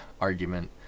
argument